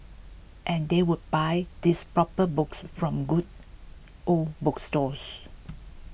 and they would buy these proper books from good old bookstores